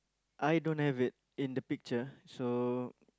I don't have it in the picture so